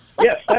Yes